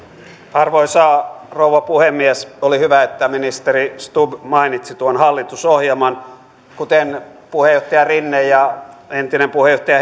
arvoisa rouva puhemies oli hyvä että ministeri stubb mainitsi tuon hallitusohjelman kuten puheenjohtaja rinne ja entinen puheenjohtaja